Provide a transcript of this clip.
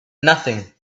nothing